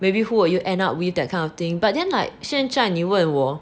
maybe who will you end up with that kind of thing but then like 现在你问我